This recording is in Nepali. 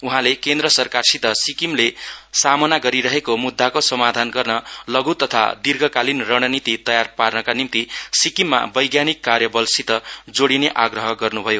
उहाँले केन्द्र सरकारसित सिक्किमले सामना गरिरहेको मुद्दाको समाधान गर्न लघु तथा दीर्घकालिन रणनीति तयार पार्नका निम्ति सिक्किकमा वैज्ञानिक कार्यबलसित जोड़िने आग्रह गर्नुभयो